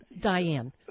Diane